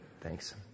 Thanks